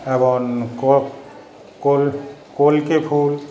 এবং কোল কল্কে ফুল